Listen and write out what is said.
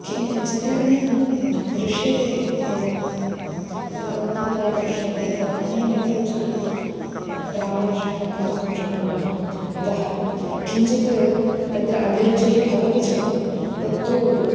किं चित्रकला दृश्यते यदा चित्रकला यदा दृश्यते तदानीमेव रुचिं प्रायशः प्राप्तुं शक्नुमः यतः किञ्चित् तत्र अभिरुचिः भवति चेत् तत्तु